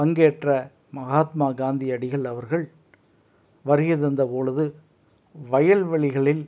பங்கேற்ற மஹாத்மா காந்தியடிகள் அவர்கள் வருகை தந்த பொழுது வயல் வெளிகளில்